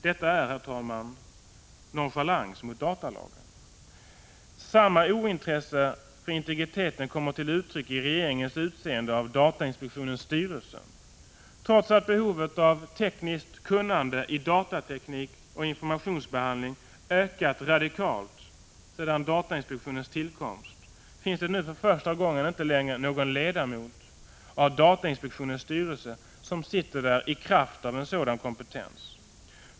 Detta är nonchalans mot datalagen. Samma ointresse för integriteten kommer till uttryck i regeringens utseende av datainspektionens styrelse. Trots att behovet av tekniskt kunnande i datateknik och informationsbehandling ökat radikalt sedan datainspektionens tillkomst, finns det nu för första gången inte längre någon ledamot av datainspektionens styrelse som sitter där i kraft av en sådan kompetens.